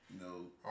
No